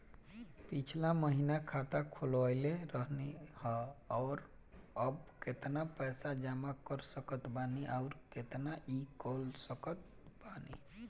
पिछला महीना खाता खोलवैले रहनी ह और अब केतना पैसा जमा कर सकत बानी आउर केतना इ कॉलसकत बानी?